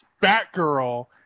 Batgirl